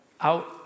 out